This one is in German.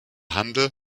handel